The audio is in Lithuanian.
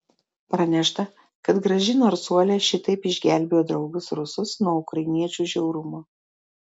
pranešta kad graži narsuolė šitaip išgelbėjo draugus rusus nuo ukrainiečių žiaurumo